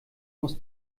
muss